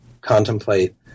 contemplate